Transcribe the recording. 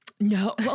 No